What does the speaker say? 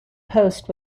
post